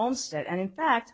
own state and in fact